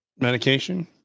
medication